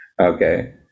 Okay